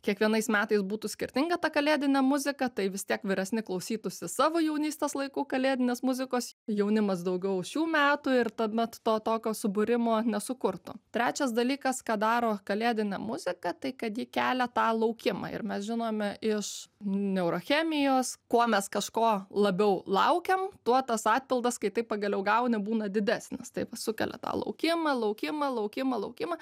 kiekvienais metais būtų skirtinga ta kalėdinė muzika tai vis tiek vyresni klausytųsi savo jaunystės laikų kalėdinės muzikos jaunimas daugiau šių metų ir tuomet to tokio subūrimo nesukurtų trečias dalykas ką daro kalėdinė muzika tai kad ji kelia tą laukimą ir mes žinome iš neurochemijos kuo mes kažko labiau laukiam tuo tas atpildas kai tai pagaliau gauni būna didesnis tai sukelia tą laukimą laukimą laukimą laukimą